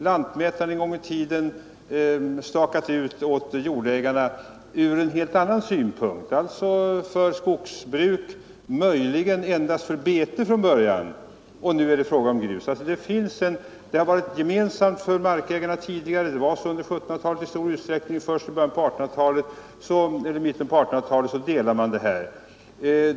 Lantmätaren har en gång i tiden stakat ut dessa skiften åt jordägarna för ett helt annat syfte, nämligen för skogsbruk och möjligen endast för bete från början. Denna mark har markägarna tidigare i stor utsträckning haft gemensamt; först i mitten av 1800-talet delade man den.